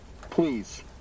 Please